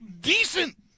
decent